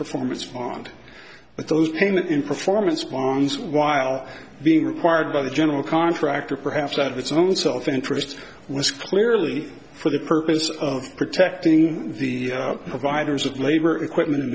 performance farmed but those payment in performance bonds while being required by the general contractor perhaps out of its own self interest was clearly for the purpose of protecting the providers of labor equipment and